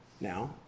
now